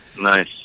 Nice